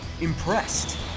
impressed